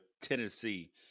Tennessee